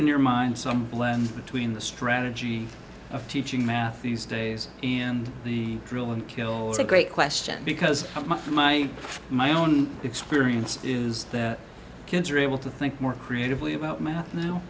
in your mind some blend between the strategy of teaching math these days and the drill and kill a great question because my my own experience is that kids are able to think more creatively about math now